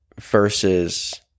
versus